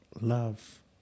Love